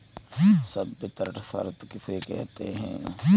संवितरण शर्त किसे कहते हैं?